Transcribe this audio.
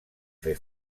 fer